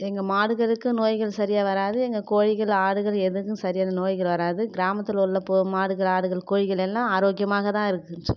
எங்கள் மாடுகளுக்கு நோய்கள் சரியாக வராது எங்கள் கோழிகள் ஆடுகள் எதுக்கும் சரியான நோய்கள் வராது கிராமத்தில் உள்ள போ ஆடுகள் மாடுகள் கோழிகள் எல்லாம் ஆரோக்கியமாக தான் இருக்குது